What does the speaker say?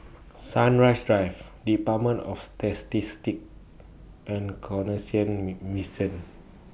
Sunrise Drive department of Statistics and Canossian Me Mission